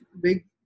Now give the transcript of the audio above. big